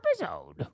episode